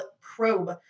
probe